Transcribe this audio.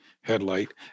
headlight